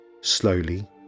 Slowly